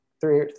three